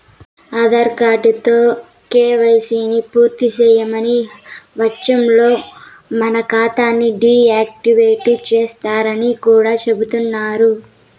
ఆదార్ కార్డుతో కేవైసీని పూర్తిసేయని వచ్చంలో మన కాతాని డీ యాక్టివేటు సేస్తరని కూడా చెబుతండారు